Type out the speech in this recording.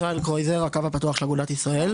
ישראל קרויזר, הקו הפתוח של אגודת ישראל.